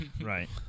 Right